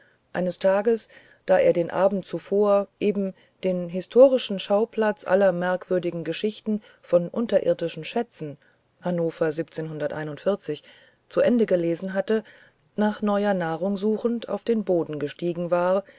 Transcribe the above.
eines tages da er den abend zuvor eben den historischen schauplatz sehr merkwürdiger geschichten von unterirdischen schätzen zu ende gelesen hatte nach neuer nahrung suchend auf den boden gestiegen war